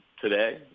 today